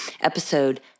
episode